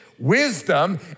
wisdom